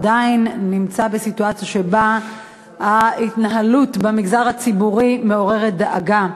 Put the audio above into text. עדיין נמצא בסיטואציה שבה ההתנהלות במגזר הציבורי מעוררת דאגה.